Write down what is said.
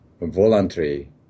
voluntary